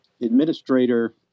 administrator